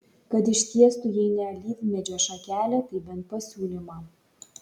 kad ištiestų jei ne alyvmedžio šakelę tai bent pasiūlymą